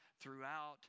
throughout